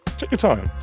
take your time